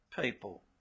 people